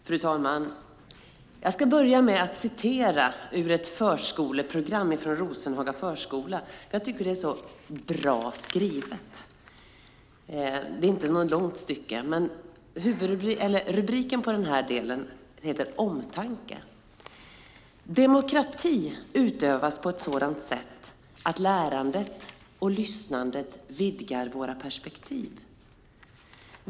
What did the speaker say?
Fru talman! Jag ska börja med att citera ur ett förskoleprogram från Rosenhaga förskola. Jag tycker att det är så bra skrivet. Rubriken för den här delen heter Omtanke. "Demokrati utövas på ett sådant sätt att lärandet och lyssnandet vidgar våra perspektiv.